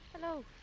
Hello